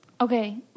Okay